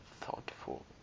thoughtful